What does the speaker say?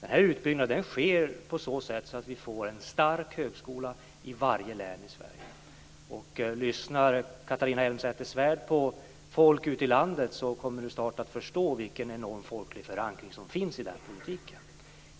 Den här utbyggnaden sker så att vi får en stark högskola i varje län i Om Catharina Elmsäter-Svärd lyssnar på folk ute i landet kommer hon snart att förstå vilken enorm folklig förankring som finns för den politiken.